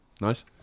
Nice